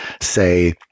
say